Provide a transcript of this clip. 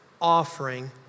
offering